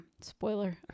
spoiler